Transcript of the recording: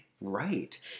Right